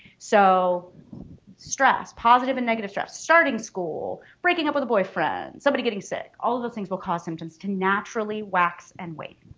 so stress positive and negative starting school, breaking up with a boyfriend, somebody getting sick all of those things will cause symptoms to naturally wax and wane.